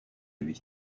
lui